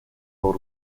w’u